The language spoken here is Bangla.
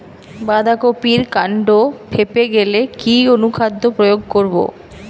বাঁধা কপির কান্ড ফেঁপে গেলে কি অনুখাদ্য প্রয়োগ করব?